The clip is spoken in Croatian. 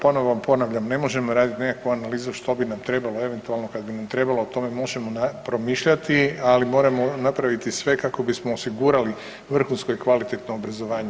Ponovo vam ponavljam, ne možemo radit nekakvu analizu što bi nam trebalo eventualno kad bi nam trebalo, o tome možemo promišljati, ali moramo napraviti sve kako bismo osigurali vrhunsko i kvalitetno obrazovanje.